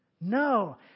No